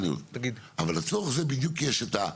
אבל לצורך זה בדיוק יש את,